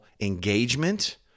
engagement